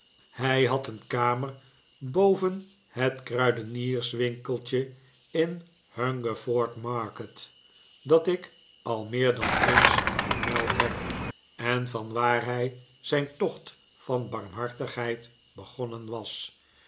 hij had een kamer boven het kruidenierswinkeltje in hungerford market dat ik al meer dan eens vermeld heb en vanwaar hij zijn tocht van barmhartigheid begonnen was